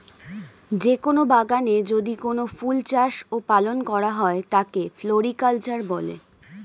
যে কোন বাগানে যদি কোনো ফুল চাষ ও পালন করা হয় তাকে ফ্লোরিকালচার বলে